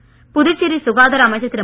மல்லாடி புதுச்சேரி சுகாதார அமைச்சர் திரு